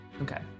okay